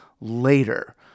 later